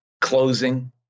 Closing